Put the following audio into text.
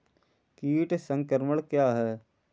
कीट संक्रमण क्या है?